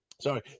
sorry